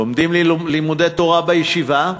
לומדים לימודי תורה בישיבה,